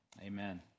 Amen